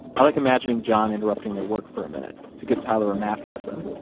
i like imagining john interrupting their work for a minute to give tyler a math lesson,